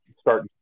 start